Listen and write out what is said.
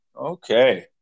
okay